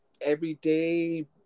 everyday